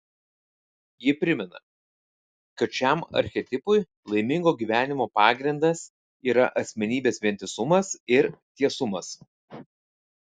ji primena kad šiam archetipui laimingo gyvenimo pagrindas yra asmenybės vientisumas ir tiesumas